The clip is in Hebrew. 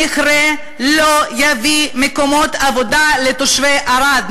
המכרה לא יביא מקומות עבודה לתושבי ערד,